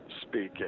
speaking